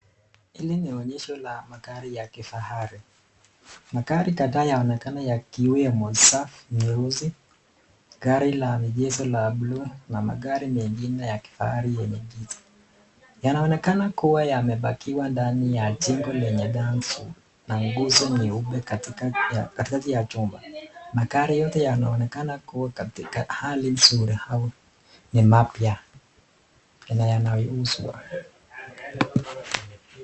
Hili ni onyesho la magari ya kifahari. Magari kadhaa yanaonekana yakiwemo safi, nyeusi. Gari la egezo la bluu na magari mengine ya kifahari yenye giza. yanaonekana kuwa yame[pakiwa] ndani ya jengo lenye dansuu na nguzo nyeupe katikati ya chuma. Magari yote yanaonekana kua katika hali nzuri au ni mapya na yanayo uzwa.